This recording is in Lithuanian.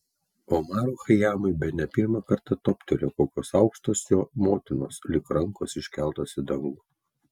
omarui chajamui bene pirmą kartą toptelėjo kokios aukštos jo motinos lyg rankos iškeltos į dangų